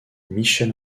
michel